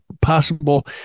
possible